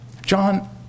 John